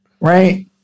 right